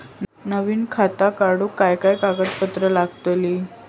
नवीन खाता काढूक काय काय कागदपत्रा लागतली?